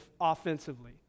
offensively